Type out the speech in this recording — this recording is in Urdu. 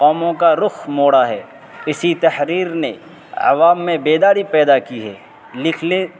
قوموں کا رخ موڑا ہے کسی تحریر نے عوام میں بیداری پیدا کی ہے لکھ لے